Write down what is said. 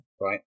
right